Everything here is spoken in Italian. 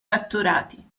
catturati